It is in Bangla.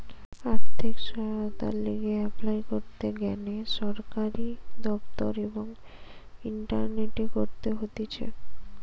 আর্থিক সহায়তার লিগে এপলাই করতে গ্যানে সরকারি দপ্তর এবং ইন্টারনেটে করতে হতিছে